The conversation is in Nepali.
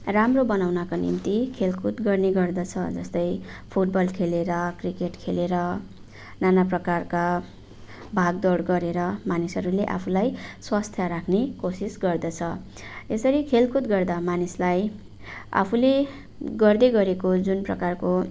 राम्रो बनाउनका निम्ति खेलकुद गर्ने गर्दछ जस्तै फुटबल खेलेर क्रिकेट खेलेर नाना प्रकारका भागदौड गरेर मानिसहरूले आफूलाई स्वास्थ्य राख्ने कोसिस गर्दछ यसरी खेलकुद गर्दा मानिसलाई आफूले गर्दै गरेको जुन प्रकारको